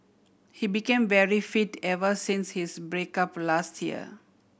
he became very fit ever since his break up last year